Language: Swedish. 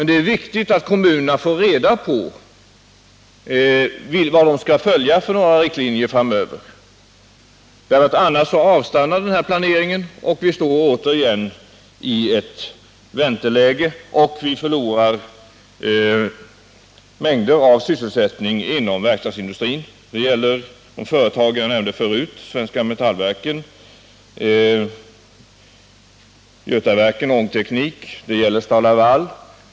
Det är viktigt att kommunerna får reda på vilka riktlinjer de skall följa framöver. Annars avstannar planeringen, och vi står återigen i ett vänteläge och förlorar mängder av sysselsättningstillfällen inom verkstadsindustrin. Det gäller de företag jag nämnde förut — Svenska Metallverken, Götaverken Ångteknik, STAL-LAVAL.